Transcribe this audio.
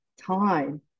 time